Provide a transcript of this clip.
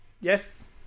Yes